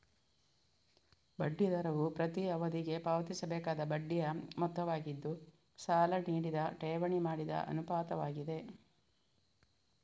ಬಡ್ಡಿ ದರವು ಪ್ರತಿ ಅವಧಿಗೆ ಪಾವತಿಸಬೇಕಾದ ಬಡ್ಡಿಯ ಮೊತ್ತವಾಗಿದ್ದು, ಸಾಲ ನೀಡಿದ ಠೇವಣಿ ಮಾಡಿದ ಅನುಪಾತವಾಗಿದೆ